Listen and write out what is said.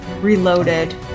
reloaded